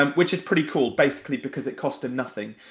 um which is pretty cool, basically, because it cost him nothing,